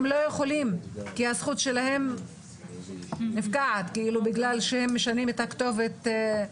הם לא יכולים כי הזכות שלהם פוקעת בגלל שהם משנים את הכתובת.